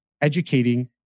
educating